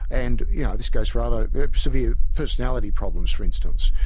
and yeah this goes for other severe personality problems for instance.